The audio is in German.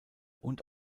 und